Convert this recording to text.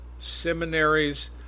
Seminaries